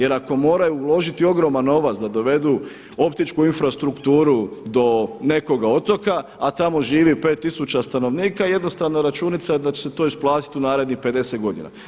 Jer ako moraju uložiti ogroman novac da dovedu optičku infrastrukturu do nekog otoka, a tamo živi 5000 stanovnika jednostavna je računica da će se to isplatiti u narednih 50 godina.